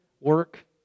work